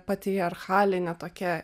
patriarchalinė tokia